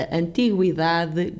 antiguidade